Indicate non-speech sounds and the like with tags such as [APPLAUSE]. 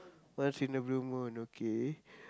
[NOISE] once in a blue moon okay